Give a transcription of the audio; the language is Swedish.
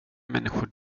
människor